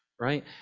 right